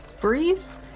breeze